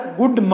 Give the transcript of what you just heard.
good